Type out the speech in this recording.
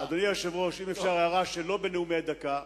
אדוני היושב-ראש, אם אפשר הערה שלא בנאומי הדקה.